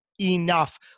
enough